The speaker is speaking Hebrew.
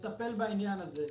לטפל בעניין הזה.